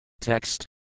Text